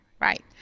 Right